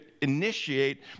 initiate